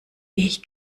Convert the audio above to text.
ich